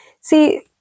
See